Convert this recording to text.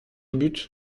but